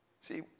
See